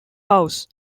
house